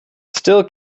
still